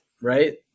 Right